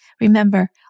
Remember